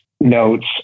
notes